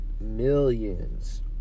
millions